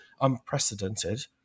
unprecedented